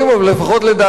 אבל לפחות לדעתי,